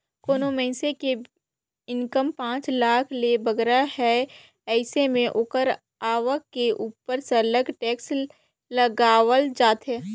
कोनो मइनसे के इनकम पांच लाख ले बगरा हे अइसे में ओकर आवक के उपर सरलग टेक्स लगावल जाथे